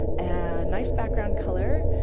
and a nice background color,